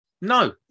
No